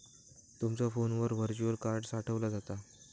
तुमचा फोनवर virtual card साठवला जाता